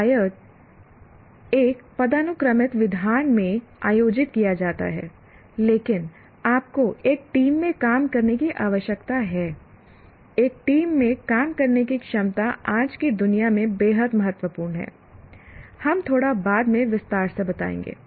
शायद एक पदानुक्रमित विधान में आयोजित किया जाता है लेकिन आपको एक टीम में काम करने की आवश्यकता है एक टीम में काम करने की क्षमता आज की दुनिया में बेहद महत्वपूर्ण है हम थोड़ा बाद में विस्तार से बताएंगे